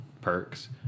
perks